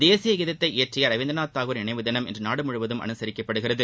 தேசிய இயற்றிய ரவீந்திரநாத் கீதத்தை தாகூரின் நினைவு தினம் இன்று நாடு முழுவதும் அனுசரிக்கப்படுகிறது